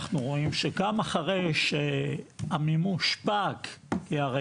אנחנו רואים שגם אחרי שהמימוש פג כי הרי